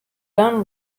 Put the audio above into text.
done